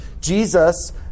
Jesus